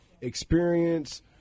experience